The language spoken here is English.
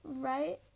right